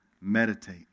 Meditate